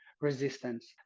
resistance